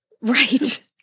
Right